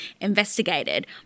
investigated